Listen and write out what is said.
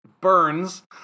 burns